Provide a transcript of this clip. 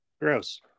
gross